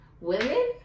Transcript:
Women